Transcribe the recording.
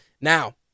Now